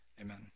Amen